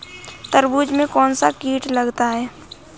तरबूज में कौनसा कीट लगता है?